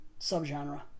subgenre